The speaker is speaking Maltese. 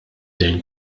dejn